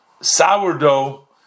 sourdough